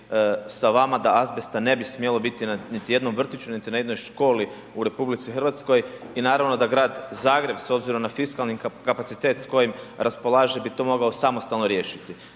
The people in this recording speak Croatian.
sa vama da azbesta ne bi smjelo biti na niti jednom vrtiću, niti na jednoj školi u RH i naravno da Grad Zagreb s obzirom na fiskalni kapacitet s kojim raspolaže bio to mogao samostalno riješiti.